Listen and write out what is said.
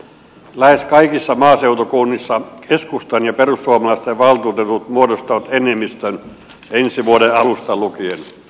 lähes kaikissa maaseutukunnissa keskustan ja perussuomalaisten valtuutetut muodostavat enemmistön ensi vuoden alusta lukien